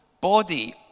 body